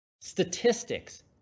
statistics